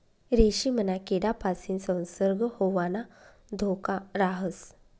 रेशीमना किडापासीन संसर्ग होवाना धोका राहस